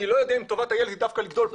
אני לא יודע אם טובת הילד היא דווקא לגדול פה,